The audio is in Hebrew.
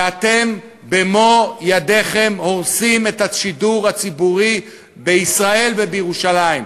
ואתם במו-ידיכם הורסים את השידור הציבורי בישראל ובירושלים.